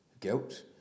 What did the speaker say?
guilt